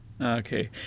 Okay